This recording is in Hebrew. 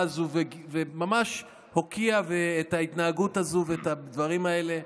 הזאת וממש הוקיע את ההתנהגות הזאת ואת הדברים האלה.